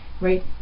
right